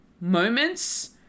moments